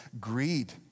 greed